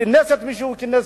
כינס את מי שכינס,